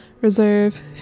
reserve